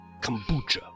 kombucha